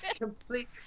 complete